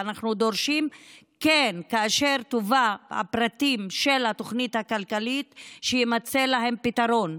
ואנחנו דורשים שכאשר יובאו הפרטים של התוכנית הכלכלית יימצא להם פתרון.